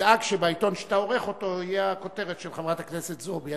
תדאג שבעיתון שאתה עורך אותו תהיה הכותרת של חברת הכנסת זועבי.